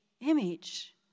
image